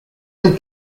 del